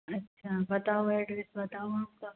अच्छा बताओ अड्रेस बताओ आपका